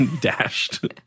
dashed